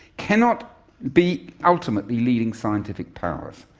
cannot be ultimately leading scientific powers,